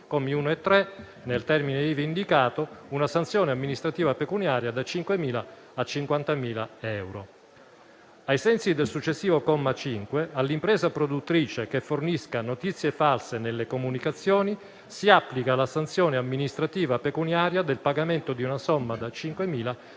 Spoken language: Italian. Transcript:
commi 1 e 3, nel termine ivi indicato, una sanzione amministrativa pecuniaria da 5.000 a 50.000 euro. Ai sensi del successivo comma 5, all'impresa produttrice che fornisca notizie false nelle comunicazioni si applica la sanzione amministrativa pecuniaria del pagamento di una somma da 5.000